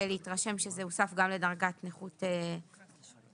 להתרשם שזה הוסף גם לדרגת נכות מיוחדת.